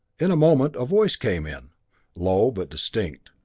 in a moment a voice came in low, but distinct.